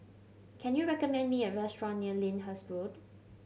can you recommend me a restaurant near Lyndhurst Road